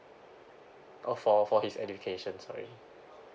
oh for for his education sorry